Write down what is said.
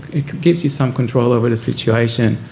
it gives you some control over the situation.